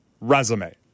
resume